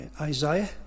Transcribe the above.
Isaiah